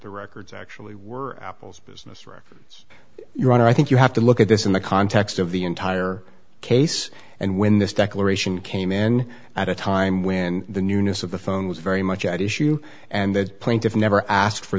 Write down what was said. the records actually were apple's business records your honor i think you have to look at this in the context of the entire case and when this declaration came in at a time when the newness of the phone was very much at issue and the plaintiff never asked for